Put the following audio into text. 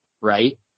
right